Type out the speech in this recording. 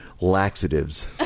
laxatives